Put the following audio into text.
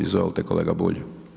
Izvolite kolega Bulj.